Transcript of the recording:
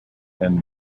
end